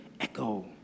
echo